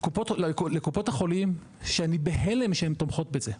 קופות החולים שאני בהלם שהם תומכות בזה,